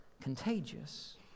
contagious